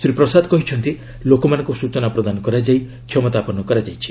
ଶ୍ରୀ ପ୍ରସାଦ କହିଛନ୍ତି ଲୋକମାନଙ୍କୁ ସୂଚନା ପ୍ରଦାନ କରାଯାଇ କ୍ଷମତାପନ୍ନ କରାଯାଇଛି